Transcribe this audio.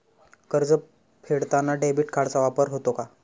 कर्ज फेडताना डेबिट कार्डचा वापर होतो का?